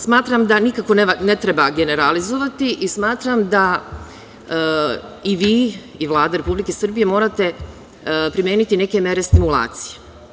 Smatram da nikako ne treba generalizovati i smatram da i vi i Vlada Republike Srbije morate primeniti neke mere stimulacije.